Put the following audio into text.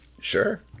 Sure